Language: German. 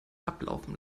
ablaufen